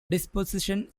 disposition